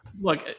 look